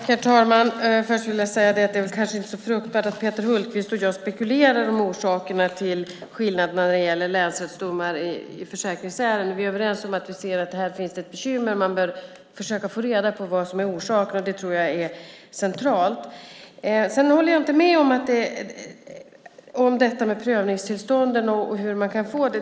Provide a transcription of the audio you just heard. Herr talman! Först vill jag säga att det kanske inte är så fruktbart att Peter Hultqvist och jag spekulerar om orsakerna till skillnaderna i länsrättsdomar i försäkringsärenden. Vi är överens om att det finns ett bekymmer och att vi bör försöka få reda på vad som är orsaken. Det tror jag är centralt. Jag håller inte med om hur man kan få prövningstillstånd.